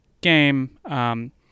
game